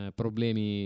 problemi